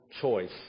Choice